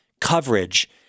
coverage